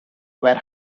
were